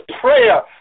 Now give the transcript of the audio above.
prayer